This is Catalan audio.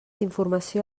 informació